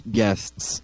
guests